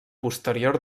posterior